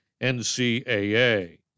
NCAA